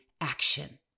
action